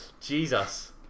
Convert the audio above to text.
Jesus